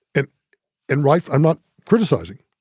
and and right i'm not criticizing.